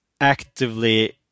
actively